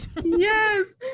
Yes